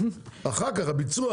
אחר כך הביצוע,